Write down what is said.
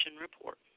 Report